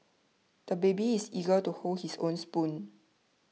the baby is eager to hold his own spoon